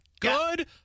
good